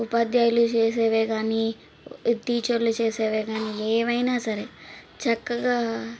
ఉపాధ్యాయులు చేసేవి కానీ టీచర్లు చేసేవి కానీ ఏవైనా సరే చక్కగా